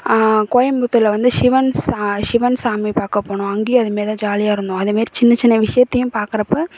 கோயம்புத்தூரில் வந்து சிவன் சா சிவன் சாமி பார்க்க போனோம் அங்கேயும் அதை மாரி தான் ஜாலியாக இருந்தோம் அதை மாரி சின்ன சின்ன விஷயத்தையும் பார்க்குறப்ப